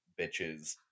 bitches